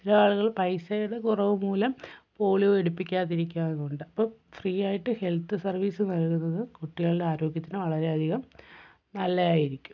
ചില ആളുകൾ പൈസയുടെ കുറവ് മൂലം പോളിയോ എടുപ്പിക്കാതിരിക്കുന്നുണ്ട് അപ്പം ഫ്രീ ആയിട്ട് ഹെൽത്ത് സർവീസ് നൽകുന്നത് കുട്ടികളുടെ ആരോഗ്യത്തിന് വളരെയധികം നല്ലതായിരിക്കും